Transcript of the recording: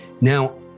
now